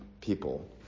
people